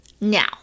Now